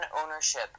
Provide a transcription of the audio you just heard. ownership